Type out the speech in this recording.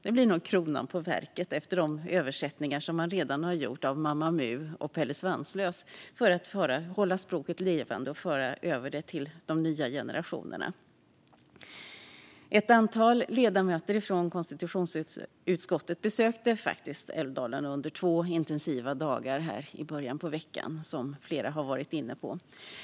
Det blir nog kronan på verket efter de översättningar man redan gjort av böckerna om Mamma Mu och Pelle Svanslös, för att hålla språket levande och föra över det till de nya generationerna. Ett antal ledamöter från konstitutionsutskottet besökte faktiskt Älvdalen under två intensiva dagar i början av veckan, vilket flera har varit inne på.